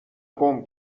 گـم